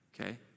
okay